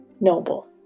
Noble